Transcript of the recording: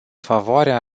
favoarea